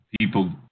people